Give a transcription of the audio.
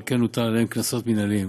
ועל כן הוטלו עליהם קנסות מינהליים.